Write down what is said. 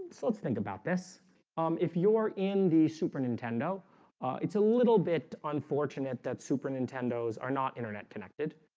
so let's think about this um if you're in the super nintendo it's a little bit unfortunate that super nintendos are not internet connected,